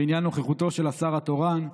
בעניין נוכחותו של השר התורן,